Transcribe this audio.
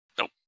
Nope